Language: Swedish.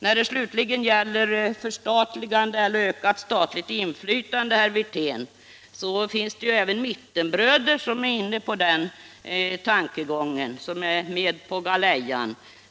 Vad slutligen gäller frågan om statligt inflytande finns det, herr Wirtén, även mittenbröder som är inne på samma tankegångar som vi och således med på galejan.